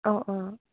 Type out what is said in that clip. অঁ অঁ